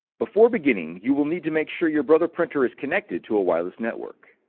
before beginning you will need to make sure your brother printer is connected to a wireless network.